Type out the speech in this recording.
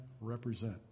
represent